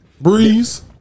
Breeze